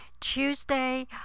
Tuesday